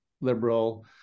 liberal